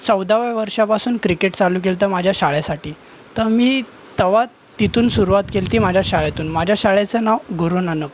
चौदाव्या वर्षापासून क्रिकेट चालू केलं होतं माझ्या शाळेसाठी तर मी तवा तिथून सुरुवात केली होती माझ्या शाळेतून माझ्या शाळेचं नाव गुरू नानक